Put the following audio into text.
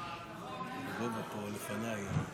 אתה יודע, לא קראתי את